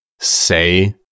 say